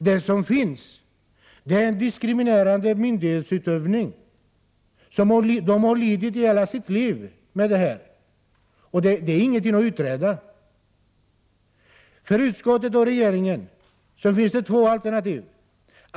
Det som finns är en diskriminerande myndighetsutövning, som de har lidit av i hela sitt liv. För utskottet och regeringen finns det två alternativ.